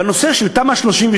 בנושא של תמ"א 38